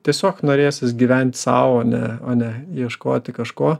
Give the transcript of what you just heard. tiesiog norėsis gyvent sau o ne o ne ieškoti kažko